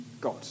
God